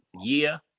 year